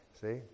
See